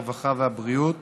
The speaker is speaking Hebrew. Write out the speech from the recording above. הרווחה והבריאות